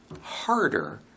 harder